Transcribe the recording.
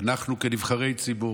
אנחנו כנבחרי ציבור,